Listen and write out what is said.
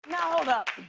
now, hold up.